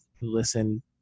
listen